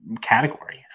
category